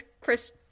Chris